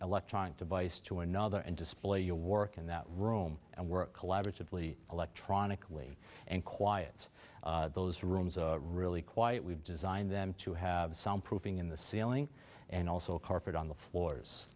electronic device to another and display your work in that room and work collaboratively electronically and quiets those rooms are really quite we've designed them to have soundproofing in the ceiling and also carpet on the floors